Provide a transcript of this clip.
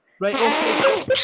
Right